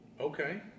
Okay